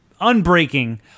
unbreaking